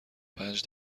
پنج